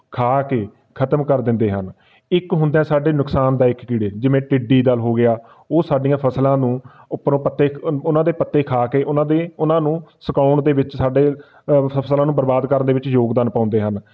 ਖਾ ਕੇ ਖਤਮ ਕਰ ਦਿੰਦੇ ਹਨ ਇੱਕ ਹੁੰਦਾ ਸਾਡੇ ਨੁਕਸਾਨਦਾਇਕ ਕੀੜੇ ਜਿਵੇਂ ਟਿੱਡੀ ਦਲ ਹੋ ਗਿਆ ਉਹ ਸਾਡੀਆਂ ਫਸਲਾਂ ਨੂੰ ਉੱਪਰੋਂ ਪੱਤੇ ਅੰ ਉਹਨਾਂ ਦੇ ਪੱਤੇ ਖਾ ਕੇ ਉਹਨਾਂ ਦੇ ਉਹਨਾਂ ਨੂੰ ਸੁਕਾਉਣ ਦੇ ਵਿੱਚ ਸਾਡੇ ਅ ਫਸ ਫਸਲਾਂ ਨੂੰ ਬਰਬਾਦ ਕਰਨ ਦੇ ਵਿੱਚ ਯੋਗਦਾਨ ਪਾਉਂਦੇ ਹਨ